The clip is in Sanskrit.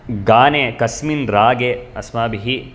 गाने कस्मिन् रागे अस्माभिः